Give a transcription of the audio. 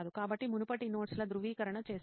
కాబట్టి మునుపటి నోట్స్ ల ధృవీకరణ చేస్తాడు